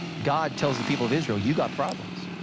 god tells the people of israel, you got problems.